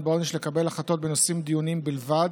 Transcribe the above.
בעונש לקבל החלטות בנושאים דיוניים בלבד,